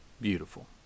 beautiful